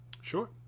Sure